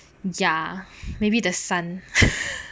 ya maybe the sun